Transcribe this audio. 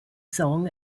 song